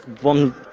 One